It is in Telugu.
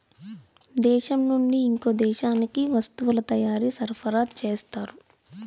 దేశం నుండి ఇంకో దేశానికి వస్తువుల తయారీ సరఫరా చేస్తారు